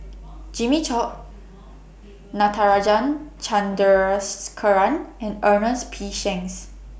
Jimmy Chok Natarajan Chandrasekaran and Ernest P Shanks